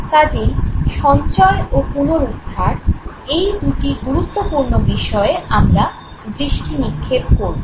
কাজেই সঞ্চয় ও পুনরুদ্ধার এই দুটি গুরুত্বপূর্ণ বিষয়ে আমরা দৃষ্টি নিক্ষেপ করবো